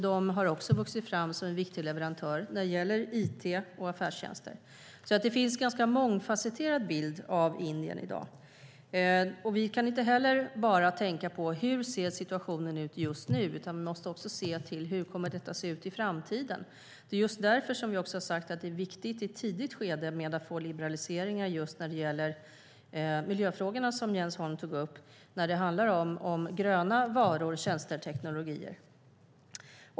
De har också vuxit fram som en viktig leverantör av it och affärstjänster. Det finns alltså en ganska mångfasetterad bild av Indien i dag. Vi kan inte heller bara tänka på hur situationen ser ut just nu, utan vi måste också se till hur den kommer att se ut i framtiden. Det är därför som vi har sagt att det är viktigt att i ett tidigt skede få liberaliseringar just när det gäller miljöfrågorna, som Jens Holm tog upp, och gröna varor, tjänster och teknologier.